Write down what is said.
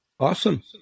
Awesome